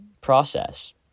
process